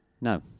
No